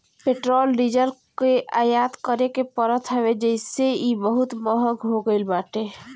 petrol diesel कअ आयात करे के पड़त हवे जेसे इ बहुते महंग हो गईल बाटे